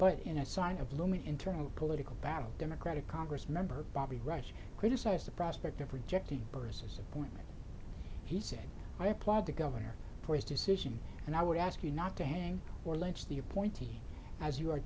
but in a sign of looming internal political battle democratic congress member bobby rush criticized the prospect of rejecting bursars appointment he said i applaud the governor for his decision and i would ask you not to hang or lynch the appointee as you are